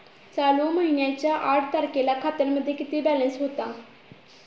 चालू महिन्याच्या आठ तारखेला खात्यामध्ये किती बॅलन्स होता?